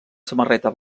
samarreta